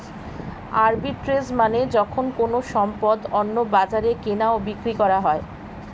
arbitrage মানে যখন কোনো সম্পদ অন্য বাজারে কেনা ও বিক্রি করা হয়